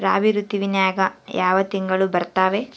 ರಾಬಿ ಋತುವಿನ್ಯಾಗ ಯಾವ ತಿಂಗಳು ಬರ್ತಾವೆ?